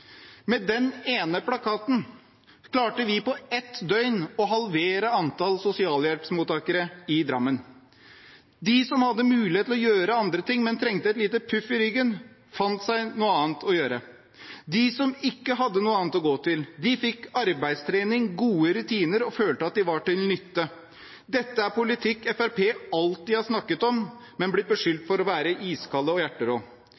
Med den ene plakaten klarte vi på ett døgn å halvere antall sosialhjelpsmottakere i Drammen. De som hadde mulighet til å gjøre andre ting, men trengte et lite puff i ryggen, fant seg noe annet å gjøre. De som ikke hadde noe annet å gå til, fikk arbeidstrening, gode rutiner og følte at de var til nytte. Dette er politikk Fremskrittspartiet alltid har snakket om, men vi har blitt beskyldt for å være iskalde og hjerterå.